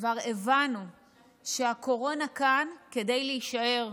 כבר הבנו שהקורונה כאן כדי להישאר,